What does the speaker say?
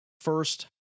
first